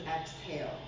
Exhale